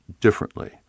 differently